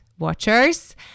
Watchers